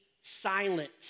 silent